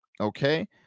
Okay